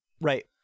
Right